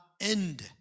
end